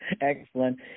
excellent